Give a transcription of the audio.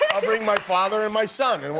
i'll bring my father and my son. and